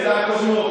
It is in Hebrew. למה התחמקת?